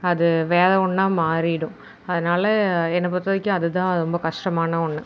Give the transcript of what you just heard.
அது வேறு ஒன்றா மாறிவிடும் அதனால என்னை பொறுத்தவரைக்கும் அது தான் ரொம்ப கஷ்டமான ஒன்று